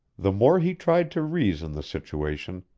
the more he tried to reason the situation,